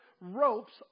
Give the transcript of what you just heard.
ropes